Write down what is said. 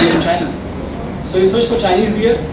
china so he searched for chinese beer,